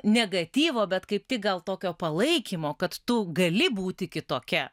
negatyvo bet kaip tik gal tokio palaikymo kad tu gali būti kitokia